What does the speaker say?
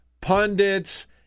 pundits